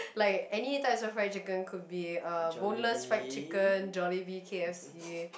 like any types of fried chicken could be uh boneless fried chicken Jollibee k_f_c